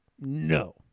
No